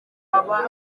avuga